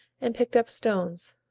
and picked up stones,